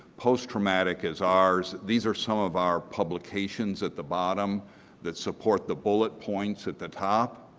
posttraumatic is ours, these are some of our publications at the bottom that support the bullet points at the top.